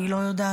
אני לא יודעת,